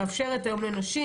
מאפשרת היום לנשים,